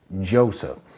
Joseph